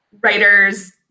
writers